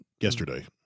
Yesterday